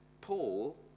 Paul